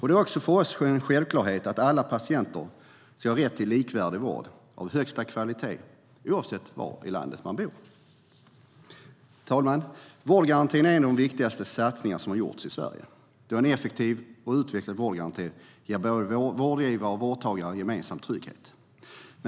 Det är för oss en självklarhet att alla patienter ska ha rätt till likvärdig vård av högsta kvalitet oavsett var i landet man bor. Herr talman! Vårdgarantin är en av de viktigaste satsningar som gjorts i Sverige, då en effektiv och utvecklad vårdgaranti ger både vårdgivare och vårdtagare en gemensam trygghet.